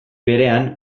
berean